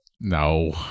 No